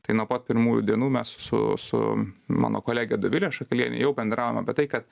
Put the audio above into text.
tai nuo pat pirmųjų dienų mes su su mano kolege dovile šakaliene jau bendravom apie tai kad